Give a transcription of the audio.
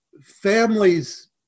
families